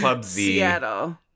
Seattle